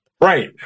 right